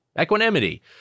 equanimity